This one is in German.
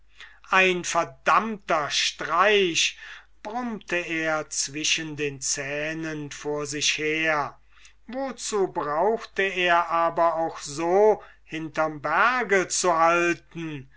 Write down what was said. ein verdammter streich brummelte er zwischen den zähnen vor sich her wozu brauchte er aber auch so hinterm berge zu halten